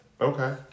Okay